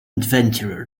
adventurer